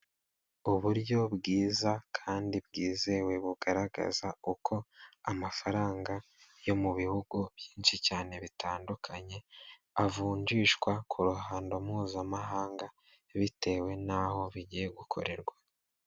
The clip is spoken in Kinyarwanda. Uburyo bwiza kandi bwizewe bugaragaza uko amafaranga yo mu bihugu byinshi cyane bitandukanye avunjishwa ku ruhando mpuzamahanga bitewe n'aho bigiye gukorerwa.